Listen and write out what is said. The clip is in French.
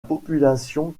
population